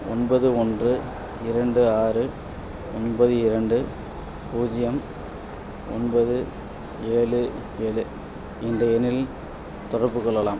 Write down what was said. ஒன்பது ஒன்று இரண்டு ஆறு ஒன்பது இரண்டு பூஜ்ஜியம் ஒன்பது ஏழு ஏழு என்ற எண்ணில் தொடர்பு கொள்ளலாம்